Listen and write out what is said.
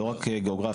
לא רק גיאוגרפיים.